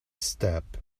step